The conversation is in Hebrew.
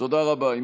תודה רבה.